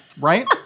Right